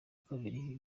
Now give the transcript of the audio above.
kabili